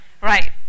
Right